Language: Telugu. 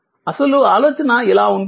అసలు ఆలోచన ఇలా ఉంటుంది